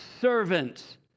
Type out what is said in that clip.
servants